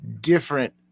different